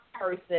person